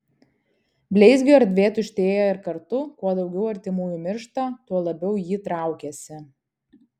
bleizgio erdvė tuštėja ir kartu kuo daugiau artimųjų miršta tuo labiau ji traukiasi